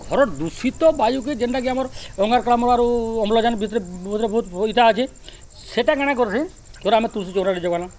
ଘରର୍ ଦୂଷିତ ବାୟୁକେ ଯେନ୍ଟାକି ଆମର୍ ଅଙ୍ଗାରକାମ୍ଳ ଆରୁ ଅମ୍ଳଜାନ୍ ଭିତ୍ରେ ଭିତ୍ରେ ବହୁତ୍ ଇଟା ଅଛେ ସେଟା କାଣା କର୍ସି ଧର ଆମେ ତୁଳସୀ ଚଉଁରାଟେ ଜଗାନା